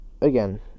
Again